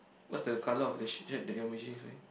what's the colour of the shirt that your magician is wearing